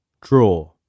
Draw